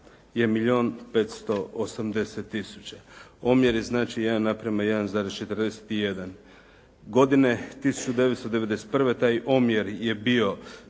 580000. Omjeri znači 1:1,41. Godine 1991. taj omjer je bio